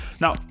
Now